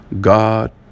God